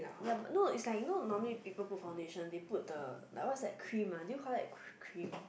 yup no is like no normally people put foundation they put the like was like the cream ah do you call that cre~ cream